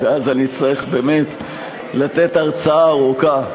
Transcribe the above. ואז אני אצטרך באמת לתת הרצאה ארוכה.